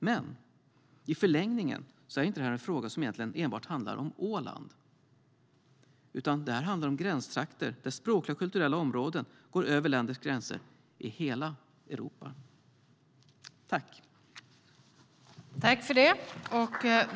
Men i förlängningen handlar egentligen inte denna fråga enbart om Åland, utan om gränstrakter där språkliga och kulturella områden går över länders gränser - i hela Europa.